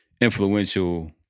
influential